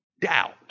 doubt